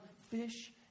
fish